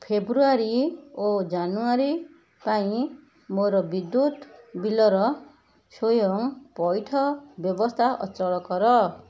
ଫେବୃଆରୀ ଓ ଜାନୁଆରୀ ପାଇଁ ମୋର ବିଦ୍ୟୁତ୍ ବିଲର ସ୍ଵୟଂ ପଇଠ ବ୍ୟବସ୍ଥା ଅଚଳ କର